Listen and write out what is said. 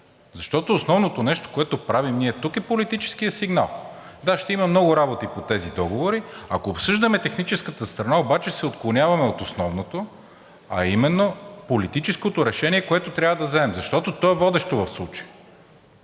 защото основното нещо, което правим ние тук, е политическият сигнал. Да, ще има много работа по тези договори. Ако обсъждаме техническата страна обаче, се отклоняваме от основното, а именно политическото решение, което трябва да вземем, защото то е водещо в случая